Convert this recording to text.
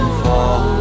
fall